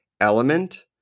element